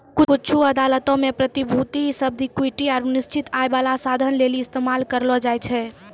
कुछु अदालतो मे प्रतिभूति शब्द इक्विटी आरु निश्चित आय बाला साधन लेली इस्तेमाल करलो जाय छै